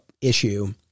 issue